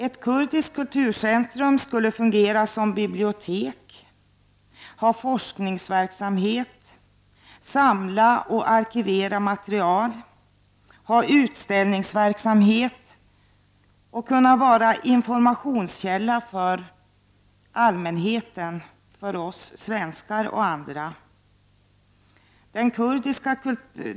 Ett kurdiskt kulturcentrum skulle fungera som bibliotek, bedriva forskningsverksamhet, samla och arkivera material, ha utställningsverksamhet och vara informationskälla för allmänheten, för oss svenskar och andra.